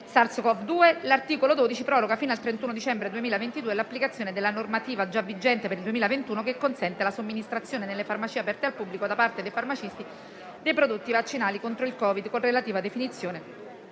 SARS-Cov-2. L'articolo 12 proroga fino al 31 dicembre 2022 l'applicazione della normativa già vigente per il 2021, che consente la somministrazione nelle farmacie aperte al pubblico, da parte dei farmacisti, dei prodotti vaccinali contro il Covid, con relativa definizione